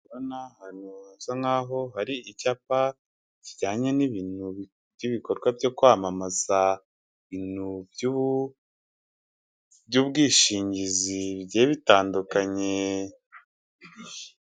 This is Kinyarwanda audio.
Hano hantu hasa nkaho hari icyapa kijyanye n'ibintu by'ibikorwa byo kwamamaza ibintu by'ubwishingizi bigiye bitandukanye.